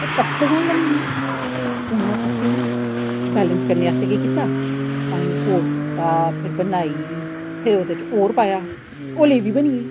ओह् पत्थर जन बनी गेआ हून में उसी बैलेंस करने आस्तै केह् कीता पानी होर कीता फिर बनाई फिर ओह्दे च होर पाया ओह् लेवी बनी गेई